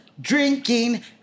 drinking